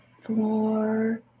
four